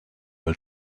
will